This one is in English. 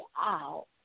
out